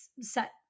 set